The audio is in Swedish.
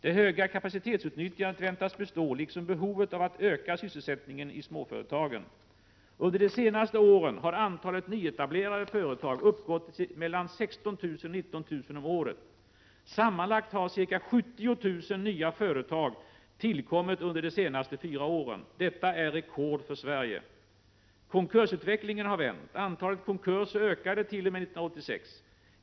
Det höga kapacitetsutnyttjandet väntas bestå liksom behovet av att öka sysselsättningen i småföretagen. Under de senaste åren har antalet nyetablerade företag uppgått till mellan 16 000 och 19 000 om året. Sammanlagt har ca 70 000 nya företag tillkommit under de senaste fyra åren. Detta är rekord för Sverige. Konkursutvecklingen har vänt. Antalet konkurser ökade t.o.m. år 1986.